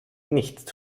nicht